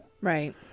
Right